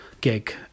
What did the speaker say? gig